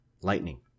lightning